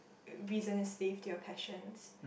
reason is slave to your passions